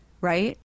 right